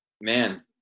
man